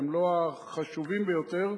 שהם לא החשובים ביותר,